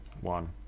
one